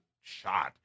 shot